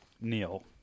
Neil